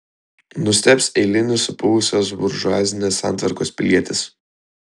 nustebs eilinis supuvusios buržuazinės santvarkos pilietis